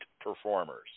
performers